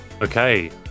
Okay